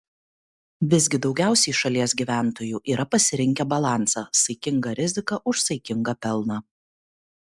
visgi daugiausiai šalies gyventojų yra pasirinkę balansą saikinga rizika už saikingą pelną